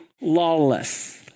lawless